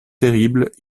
terribles